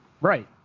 right